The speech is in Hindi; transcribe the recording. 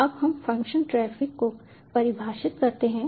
अब हम फंक्शन ट्रैफिक को परिभाषित करते हैं